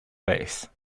base